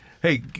Hey